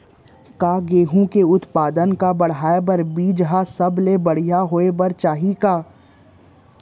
का गेहूँ के उत्पादन का बढ़ाये बर बीज ह सबले बढ़िया होय बर चाही का?